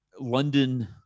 London